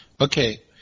Okay